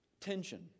Tension